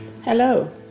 Hello